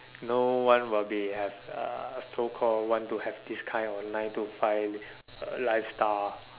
no one will be have a so call want to have this kind of nine to five lifestyle